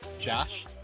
Josh